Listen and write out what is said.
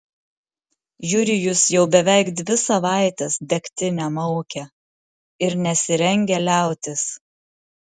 jurijus jau beveik dvi savaites degtinę maukia ir nesirengia liautis